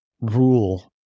rule